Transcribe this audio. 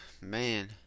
man